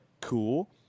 cool